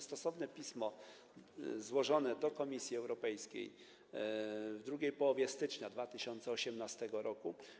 Stosowne pismo zostało złożone do Komisji Europejskiej w drugiej połowie stycznia 2018 r.